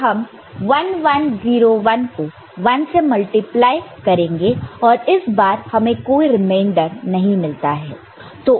फिर हम 1 1 0 1 को 1 से मल्टीप्लाई करेंगे और इस बार हमें कोई रिमाइंडर नहीं मिलता है